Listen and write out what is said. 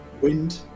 wind